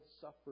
suffer